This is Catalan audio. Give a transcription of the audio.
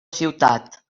ciutat